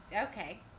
okay